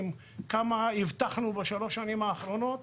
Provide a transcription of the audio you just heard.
כמה אבטחנו בשני האחרונות